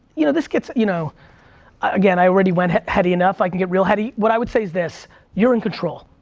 you know this gets, you know again i already went heady enough i can get real heady. what i would say is this you're in control.